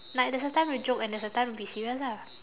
like there's a time to joke and there's a time to be serious ah